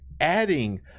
adding